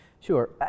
Sure